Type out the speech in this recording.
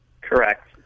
correct